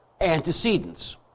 antecedents